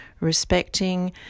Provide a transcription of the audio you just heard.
respecting